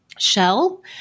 Shell